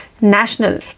national